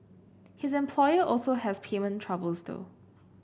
his employer also has payment troubles though